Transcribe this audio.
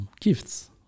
gifts